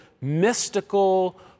mystical